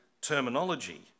terminology